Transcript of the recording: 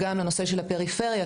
גם לנושא של הפריפריה,